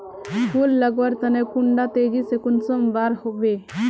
फुल लगवार तने कुंडा तेजी से कुंसम बार वे?